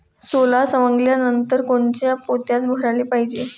सोला सवंगल्यावर कोनच्या पोत्यात भराले पायजे?